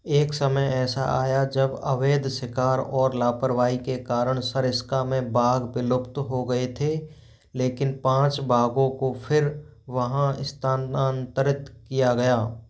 एक समय ऐसा आया जब अवैध शिकार और लापरवाही के कारण सरिस्का में बाघ विलुप्त हो गए थे लेकिन पाँच बाघों को फिर वहाँ स्तानांतरित किया गया